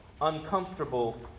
uncomfortable